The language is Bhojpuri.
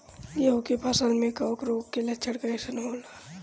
गेहूं के फसल में कवक रोग के लक्षण कइसन होला?